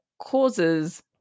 causes